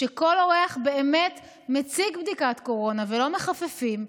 כך שכל אורח באמת מציג בדיקת קורונה ולא מחפפים.